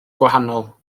gwahanol